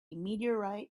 meteorite